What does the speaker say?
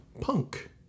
punk